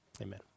Amen